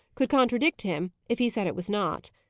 could contradict him, if he said it was not.